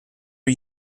are